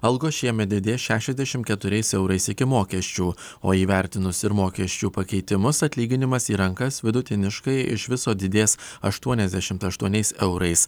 algos šiemet didės šešiasdešim keturiais eurais iki mokesčių o įvertinus ir mokesčių pakeitimus atlyginimas į rankas vidutiniškai iš viso didės aštuoniasdešimt aštuoniais eurais